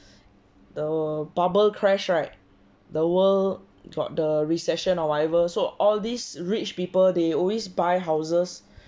the bubble crashed right the world got the recession or whatever so all these rich people they always buy houses